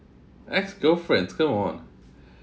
ex-girlfriends come on